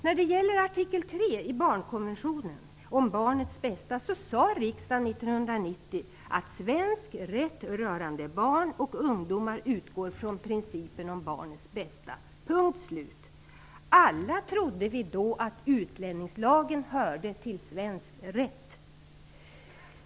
När det gäller artikel 3 i barnkonventionen om barnets bästa sade riksdagen 1990 att svensk rätt rörande barn och ungdomar utgår från principen om barnets bästa - punkt slut. Alla trodde vi då att utlänningslagen hörde till svensk rätt.